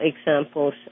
examples